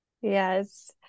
yes